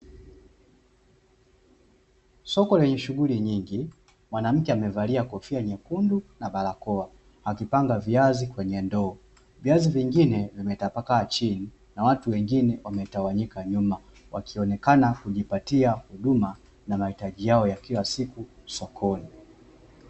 Soko lenye shughuli nyingi, mwanamke amevalia kofia nyekundu na barakoa, akipanga viazi kwenye ndoo, viazi vingine vimetapakaa chini na watu wengine wametawanyika nyuma wakionekana kujipatia huduma na mahitaji yao ya kila siku sokoni.